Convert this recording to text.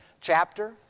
chapter